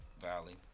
Valley